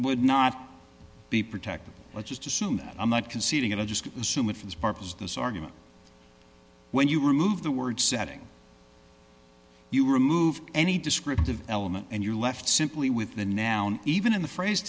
would not be protected let's just assume that i'm not conceding it i just assume if it's purpose this argument when you remove the word setting you remove any descriptive element and you're left simply with the noun even in the phrase